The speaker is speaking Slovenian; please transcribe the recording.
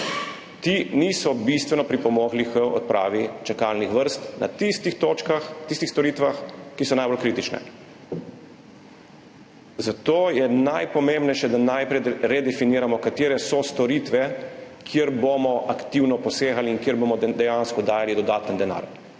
ti niso bistveno pripomogli k odpravi čakalnih vrst na tistih točkah, tistih storitvah, ki so najbolj kritične. Zato je najpomembnejše, da najprej redefiniramo, katere so storitve, kjer bomo aktivno posegali in kjer bomo dejansko dajali dodaten denar.